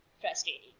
frustrating